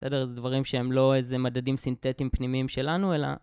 בסדר, זה דברים שהם לא איזה מדדים סינתטיים פנימיים שלנו, אלא...